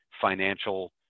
financial